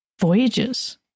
voyages